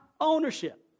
ownership